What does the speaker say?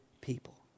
people